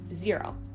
zero